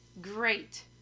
great